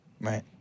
Right